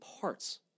parts